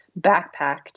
backpacked